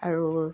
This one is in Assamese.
আৰু